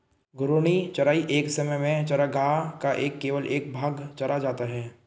घूर्णी चराई एक समय में चरागाह का केवल एक भाग चरा जाता है